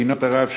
מדינות ערב,